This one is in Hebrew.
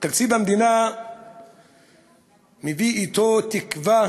תקציב המדינה מביא אתו תקווה